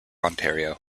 ontario